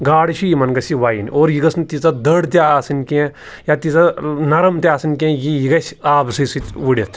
گاڈٕ چھِ یِمَن گٔژھ یہِ وَیِنۍ اور یہِ گٔژھ نہٕ تیٖژاہ دٔر تہِ آسٕنۍ کینٛہہ یا تیٖژاہ نرم تہِ آسٕنۍ کینٛہہ یی یہِ گژھِ آب سٕے سۭتۍ ؤڑِتھ